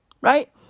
right